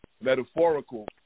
metaphorical